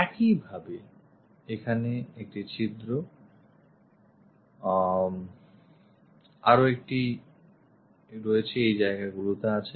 একইভাবে এখানে একটি ছিদ্র আরও একটি এই জায়গাগুলিতে আছে